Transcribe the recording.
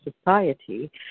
society